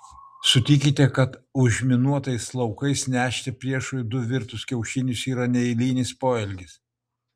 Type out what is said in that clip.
sutikite kad užminuotais laukais nešti priešui du virtus kiaušinius yra neeilinis poelgis